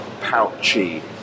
pouchy